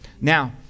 Now